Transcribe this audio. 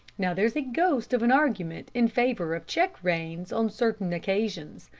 now, there's a ghost of an argument in favor of check-reins, on certain occasions.